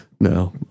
No